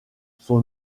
son